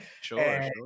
sure